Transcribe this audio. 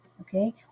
okay